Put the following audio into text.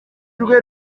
rwe